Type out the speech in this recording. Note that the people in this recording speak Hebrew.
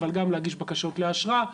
אבל גם להגיש בקשות לאשרה.